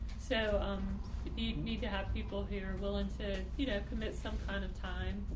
so um you need to have people here willing to, you know, commit some kind of time